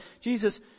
Jesus